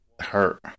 hurt